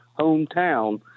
hometown